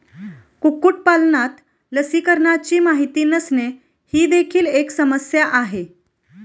कुक्कुटपालनात लसीकरणाची माहिती नसणे ही देखील एक समस्या आहे